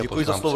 Děkuji za slovo.